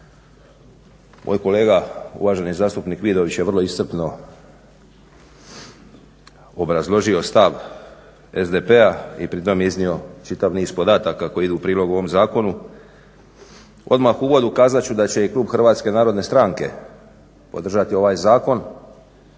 Moj kolega uvaženi zastupnik Vidović je vrlo iscrpno obrazložio stav SDP-a i pri tom iznio čitav niz podataka koji idu u prilog ovom zakonu. Odmah u uvodu kazat ću da će i klub Hrvatske narodne stranke podržati ovaj Zakon,